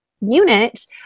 unit